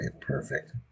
perfect